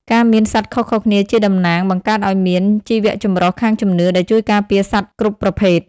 ការមានសត្វខុសៗគ្នាជាតំណាង បង្កើតឱ្យមាន "ជីវចម្រុះខាងជំនឿ" ដែលជួយការពារសត្វគ្រប់ប្រភេទ។